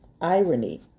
irony